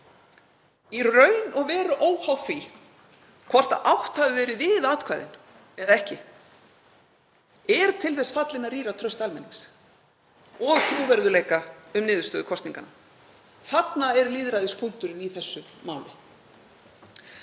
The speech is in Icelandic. í raun og veru óháð því hvort átt hafi verið við atkvæðin eða ekki, er til þess fallin að rýra traust almennings og trúverðugleika um niðurstöðu kosninganna. Þarna er lýðræðispunkturinn í þessu máli.